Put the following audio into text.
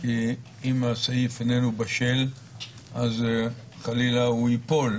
שאם הסעיף איננו בשל אז חלילה הוא ייפול.